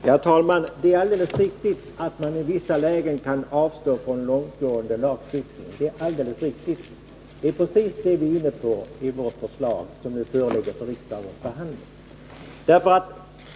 Herr talman! Det är alldeles riktigt att man i vissa lägen kan avstå från långtgående lagstiftning. Det är precis vad vi är inne på i det förslag som är föremål för riksdagens behandling.